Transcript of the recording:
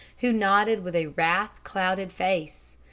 who nodded with a wrath-clouded face.